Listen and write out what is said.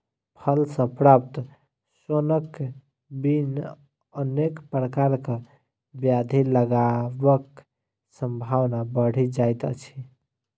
फल सॅ प्राप्त सोनक बिन अनेक प्रकारक ब्याधि लगबाक संभावना बढ़ि जाइत अछि